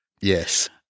Yes